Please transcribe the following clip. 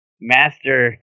master